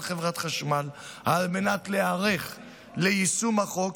חברת חשמל על מנת להיערך ליישום החוק,